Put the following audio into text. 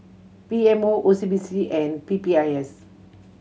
P M O O C B C and P P I S